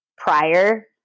prior